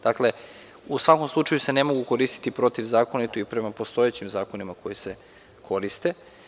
Dakle, u svakom slučaju se ne mogu koristiti protivzakonito i prema postojećim zakonima koji se koriste.